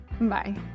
Bye